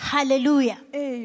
Hallelujah